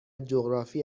جغرافی